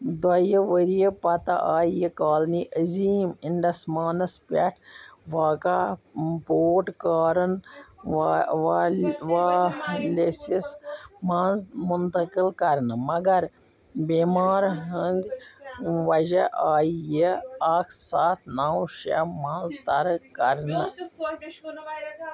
دۄیہِ ؤریہِ پتہٕ آیہِ یہِ کالونی عظیٖم انڈمانس پٮ۪ٹھ واقع پورٹ کارن والیسس منٛز منتقل کرنہٕ مگر بٮ۪مارِ ہٕنٛد وجہ آیہ یہ اکھ سَتھ نو شیٚے منٛز ترک کرنہٕ